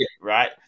right